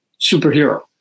superhero